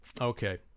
Okay